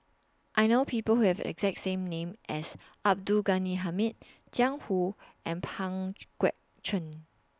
I know People Who Have exact same name as Abdul Ghani Hamid Jiang Hu and Pang Guek Cheng